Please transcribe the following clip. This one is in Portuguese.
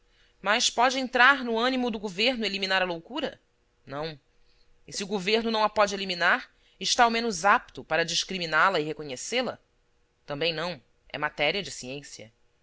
mas pode entrar no animo do governo eliminar a loucura não e se o governo não a pode eliminar está ao menos apto para discriminá la reconhecê la também não é matéria de ciência